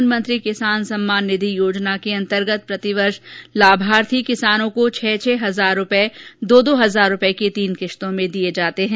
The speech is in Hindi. प्रधानमंत्री किसान सम्मान निधि योजना के अंतर्गत प्रति वर्ष लाभार्थी किसानों को छह छह हजार रूपये दो दो हजार रूपये की तीन किश्तों में दिए जाते हैं